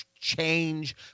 Change